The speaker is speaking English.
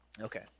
okay